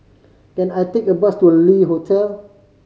can I take a bus to Le Hotel